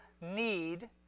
need